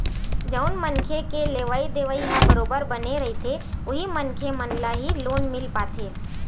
जउन मनखे के लेवइ देवइ ह बरोबर बने रहिथे उही मनखे मन ल ही लोन मिल पाथे